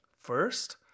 First